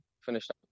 finished